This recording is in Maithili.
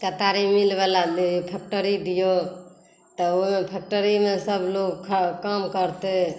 केतारी मिलवला फैक्टरी दिऔ तऽ ओहि फैक्टरीमे सबलोक काम करतै